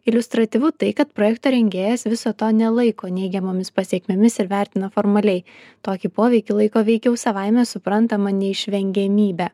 iliustratyvu tai kad projekto rengėjas viso to nelaiko neigiamomis pasekmėmis ir vertina formaliai tokį poveikį laiko veikiau savaime suprantama neišvengiamybe